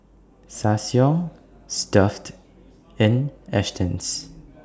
Ssangyong Stuff'd and Astons